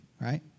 right